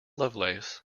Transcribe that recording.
lovelace